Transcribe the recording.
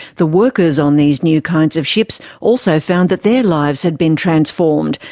the workers on these new kinds of ships also found that their lives had been transformed,